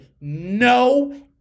no